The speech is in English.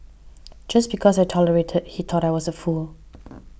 just because I tolerated he thought I was a fool